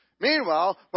Meanwhile